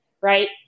right